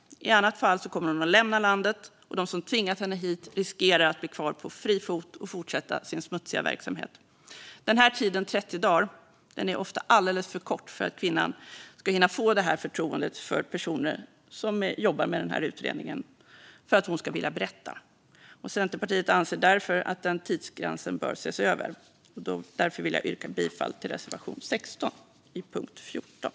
I annat fall kommer hon att lämna landet, och de som tvingat henne hit riskerar att bli kvar på fri fot och fortsätta sin smutsiga verksamhet. Den här tiden, 30 dagar, är ofta alldeles för kort för att kvinnan ska hinna få det förtroendet för personerna som jobbar med utredningen för att hon ska vilja berätta. Centerpartiet anser därför att den tidsgränsen bör ses över. Jag vill därför yrka bifall till reservation 16 under punkt 14.